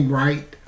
right